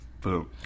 Boom